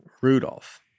Rudolph